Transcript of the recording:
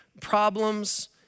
problems